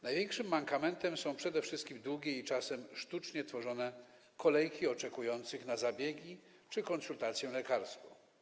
Największym mankamentem są przede wszystkim długie i czasem sztucznie tworzone kolejki oczekujących na zabiegi czy konsultacje lekarskie.